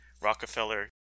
Rockefeller